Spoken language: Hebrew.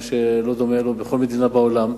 מה שלא דומה לכל מדינה בעולם.